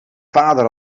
vader